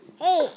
Hey